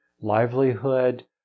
livelihood